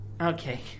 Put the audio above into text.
Okay